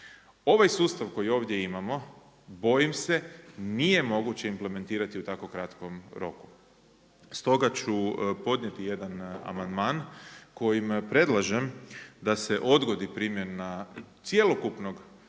Ovaj sustav koji ovdje imamo, bojim se nije moguće implementirati u tako kratkom roku. Stoga ću podnijeti jedan amandman kojim predlažem da se odgodi primjena cjelokupnog zakona